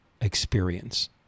experience